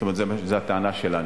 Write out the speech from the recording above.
זאת אומרת, זאת הטענה שלנו.